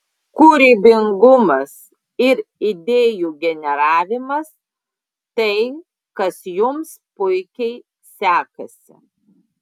kūrybingumas ir idėjų generavimas tai kas jums puikiai sekasi